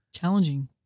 challenging